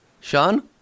Sean